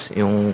yung